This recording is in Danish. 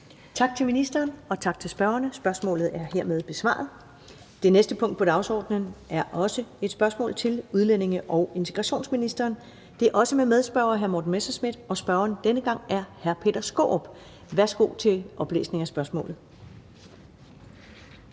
Tak til ministeren, og tak til spørgerne. Spørgsmålet er hermed besvaret. Det næste punkt på dagsordenen er også et spørgsmål til udlændinge- og integrationsministeren. Det er også med medspørger hr. Morten Messerschmidt, og spørgeren denne gang er hr. Peter Skaarup. Kl. 17:30 Spm. nr.